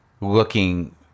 looking